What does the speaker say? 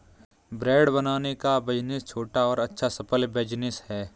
bread बनाने का business छोटा और अच्छा सफल बिज़नेस है